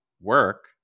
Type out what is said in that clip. work